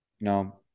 no